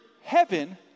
heaven